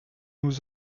nous